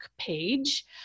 page